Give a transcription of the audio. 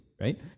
right